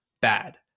bad